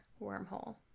wormhole